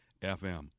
FM